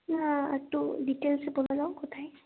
না আর একটু ডিটেলসে বলে দাও কোথায়